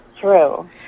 true